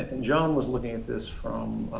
and john was looking at this from